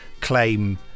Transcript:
claim